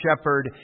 Shepherd